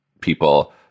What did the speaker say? people